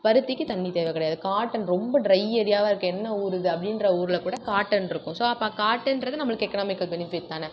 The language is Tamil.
பருத்திக்கு தண்ணி தேவை கிடையாது காட்டன் ரொம்ப ட்ரை ஏரியாவே இருக்கே என்ன ஊர் இது அப்படின்ற ஊரில் கூட காட்டன் இருக்கும் ஸோ அப்போ காட்டன்றது நம்மளுக்கு எக்னாமிக்கல் பெனிஃபிட் தானே